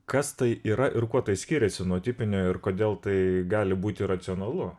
kas tai yra ir kuo tai skiriasi nuo tipinio ir kodėl tai gali būti racionalu